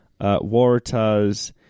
Waratahs